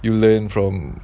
you learn from